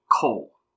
coal